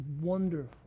wonderful